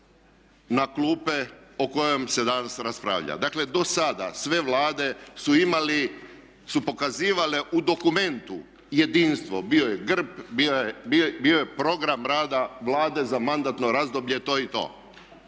na klupe o kojem se danas raspravlja. Dakle do sada sve Vlade su pokazivale u dokumentu jedinstvo, bio je grb, bio je program rada Vlade za mandatno razdoblje to i to.